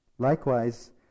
Likewise